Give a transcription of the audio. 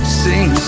sing